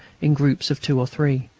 in groups of two or three.